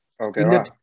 Okay